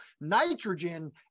nitrogen